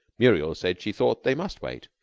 muriel said she thought they must wait.